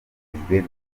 minisitiri